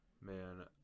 Man